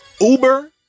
Uber